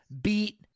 beat